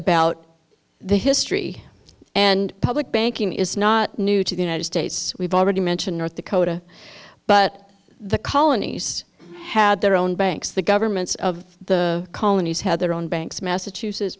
about the history and public banking is not new to the united states we've already mentioned north dakota but the colonies had their own banks the governments of the colonies had their own banks massachusetts